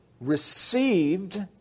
received